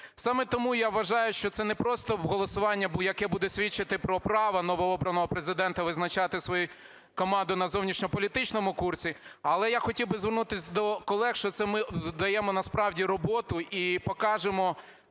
Саме тому я вважаю, що це не просто голосування, яке буде свідчити про право новообраного Президента визначати свою команду на зовнішньополітичному курсі, але я хотів би звернутись до колег, що це ми даємо насправді роботу, і покажемо